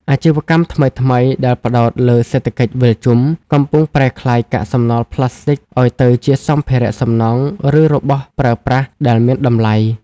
អាជីវកម្មថ្មីៗដែលផ្ដោតលើសេដ្ឋកិច្ចវិលជុំ កំពុងប្រែក្លាយកាកសំណល់ប្លាស្ទិកឱ្យទៅជាសម្ភារៈសំណង់ ឬរបស់ប្រើប្រាស់ដែលមានតម្លៃ។